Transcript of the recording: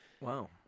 Wow